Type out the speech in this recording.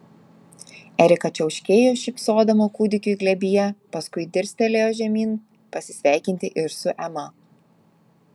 erika čiauškėjo šypsodama kūdikiui glėbyje paskui dirstelėjo žemyn pasisveikinti ir su ema